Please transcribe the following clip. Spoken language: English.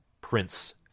Prince